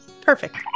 Perfect